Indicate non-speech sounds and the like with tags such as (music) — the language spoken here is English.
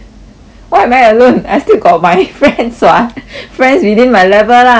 why am I alone I still got my friends [what] friends within my level lah (noise)